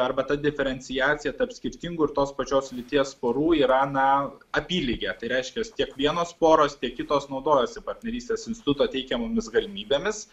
arba ta diferenciacija tarp skirtingų tos pačios lyties porų yra na apylygė tai reiškia tiek vienos poros tiek kitos naudojasi partnerystės instituto teikiamomis galimybėmis